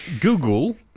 google